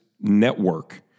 network